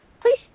please